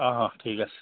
অঁ ঠিক আছে